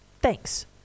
Thanks